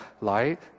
light